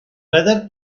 weather